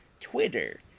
twitter